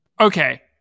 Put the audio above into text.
Okay